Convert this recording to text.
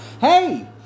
hey